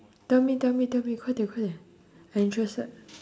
tell me tell me tell me 快点快点：kuai dian kuai dian I interested